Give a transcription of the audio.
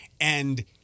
and-